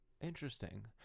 Interesting